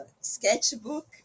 Sketchbook